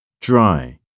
Dry